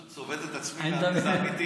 אני פשוט צובט את עצמי, האם זה אמיתי.